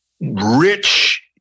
rich